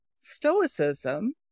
Stoicism